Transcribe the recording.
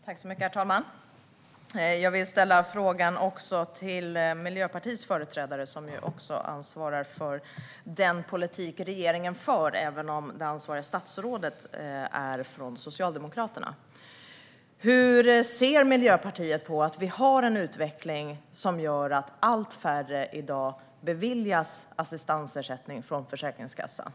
Herr talman! Jag vill ställa en fråga till Miljöpartiets företrädare, som också ansvarar för den politik som regeringen för även om det ansvariga statsrådet är från Socialdemokraterna. Hur ser Miljöpartiet på att vi har en utveckling som gör att allt färre i dag beviljas assistansersättning från Försäkringskassan?